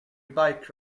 bike